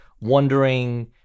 wondering